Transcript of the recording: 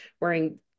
wearing